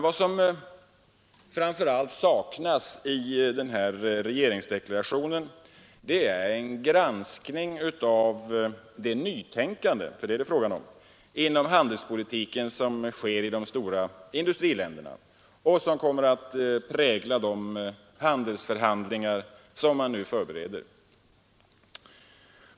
Vad som framför allt saknas i regeringsdeklarationen är en granskning av det nytänkande — för det är det frågan om — inom handelspolitiken, som sker i de stora industriländerna och som kommer att prägla de handelsförhandlingar som man nu förbereder.